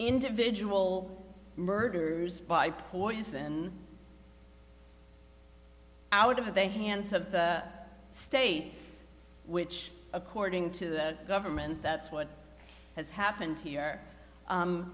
individual murders by poison out of the hands of states which according to the government that's what has happened here